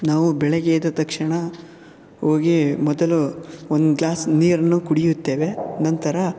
ನಾವು ಬೆಳಿಗ್ಗೆ ಎದ್ದ ತಕ್ಷಣ ಹೋಗಿ ಮೊದಲು ಒಂದು ಗ್ಲಾಸ್ ನೀರನ್ನು ಕುಡಿಯುತ್ತೇವೆ ನಂತರ